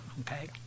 okay